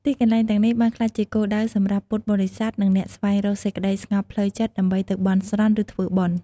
ទីកន្លែងទាំងនេះបានក្លាយជាគោលដៅសម្រាប់ពុទ្ធបរិស័ទ និងអ្នកស្វែងរកសេចក្ដីស្ងប់ផ្លូវចិត្ត ដើម្បីទៅបន់ស្រន់ ឬធ្វើបុណ្យ ។